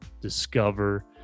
discover